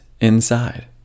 inside